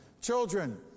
children